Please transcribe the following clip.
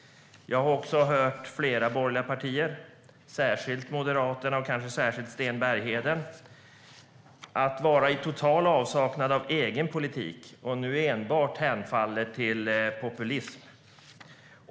Jag har också hört att flera borgerliga partier, särskilt Moderaterna och kanske särskilt Sten Bergheden, är i total avsaknad av egen politik och nu enbart hemfaller till populism.